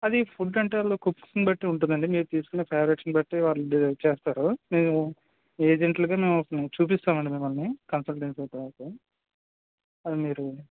అది ఫుడ్ అంటే వాళ్ళు కుక్స్ని బట్టి ఉంటుందండి మీరు తీసుకున్న ఫేవరేట్స్ని బట్టి వాళ్ళు చేస్తారు మేము ఏజెంట్లుగా మేము చూపిస్తామండి మిమల్ని కన్సల్టెన్సీ అయితే అది మీరు